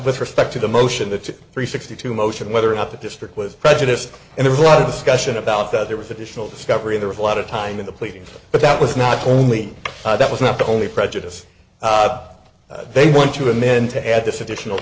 with respect to the motion the three sixty two motion whether or not the district was prejudiced and there's a lot of discussion about that there was additional discovery there was a lot of time in the pleadings but that was not only that was not the only prejudice they want to him into at this additional